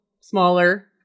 smaller